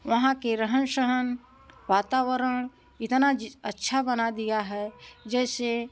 वहाँ के रहन सहन वातावरण इतना अच्छा बना दिया है जैसे